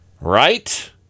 Right